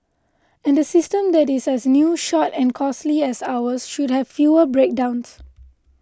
and a system that is as new short and costly as ours should have fewer breakdowns